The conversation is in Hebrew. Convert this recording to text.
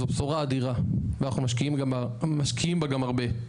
וזו בשורה אדירה, ואנחנו משקיעים בה גם הרבה.